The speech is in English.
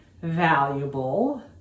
valuable